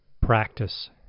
Practice